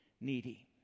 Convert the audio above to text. needy